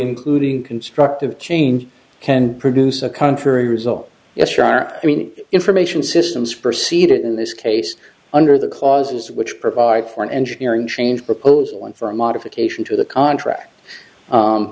including constructive change and produce a contrary result yes you are i mean information systems proceed in this case under the clauses which provide for an engineering change proposal and for a modification to the contract